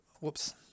whoops